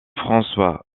françois